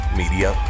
media